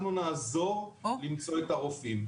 אנחנו נעזור למצוא את הרופאים.